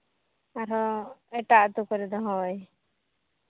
ᱟᱨᱦᱚᱸ ᱮᱴᱟᱜ ᱟᱹᱛᱩ ᱠᱚᱨᱮ ᱫᱚ ᱦᱳᱭ